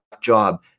job